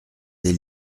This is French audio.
des